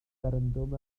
refferendwm